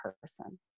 person